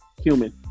human